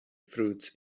fruits